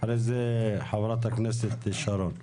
אחרי זה חברת הכנסת שרון.